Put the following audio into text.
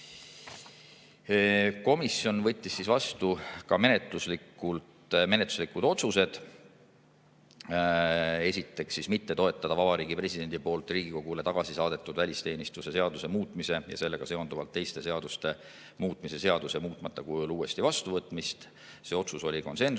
Komisjon võttis vastu ka menetluslikud otsused. Esiteks, mitte toetada Vabariigi Presidendi poolt Riigikogule tagasi saadetud välisteenistuse seaduse muutmise ja sellega seonduvalt teiste seaduste muutmise seaduse muutmata kujul uuesti vastuvõtmist. See otsus oli konsensuslik.